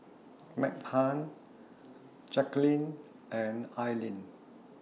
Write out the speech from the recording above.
Meghann Jackeline and Aleen